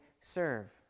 serve